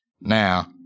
now